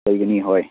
ꯂꯩꯒꯅꯤ ꯍꯣꯏ